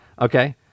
Okay